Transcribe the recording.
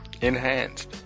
Enhanced